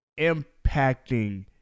impacting